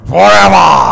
Forever